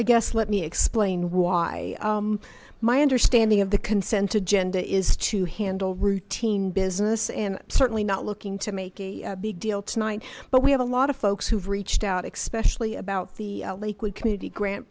i guess let me explain why my understanding of the consent to gender is to handle routine business and certainly not looking to make a big deal tonight but we have a lot of folks who've reached out expression about the lakewood community grant